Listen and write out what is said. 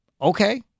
Okay